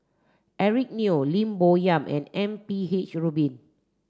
Eric Neo Lim Bo Yam and M P H Rubin